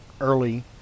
early